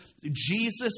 Jesus